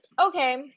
okay